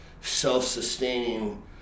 self-sustaining